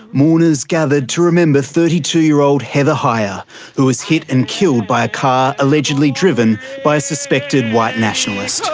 mourners gathered to remember thirty two year old heather heyer who was hit and killed by a car, allegedly driven by a suspected white nationalist. so